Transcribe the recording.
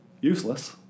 Useless